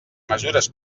mesures